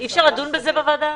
אי אפשר לדון בזה בוועדה?